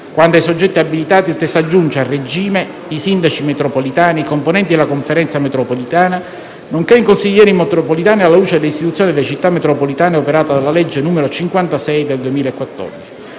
Quanto ai soggetti abilitati, il testo aggiunge - a regime - i sindaci metropolitani e i componenti della conferenza metropolitana, nonché i consiglieri metropolitani, alla luce dell'istituzione delle Città metropolitane operata dalla legge n. 56 del 2014.